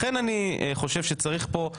לכן אני חושב שצריך פה.